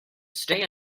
stay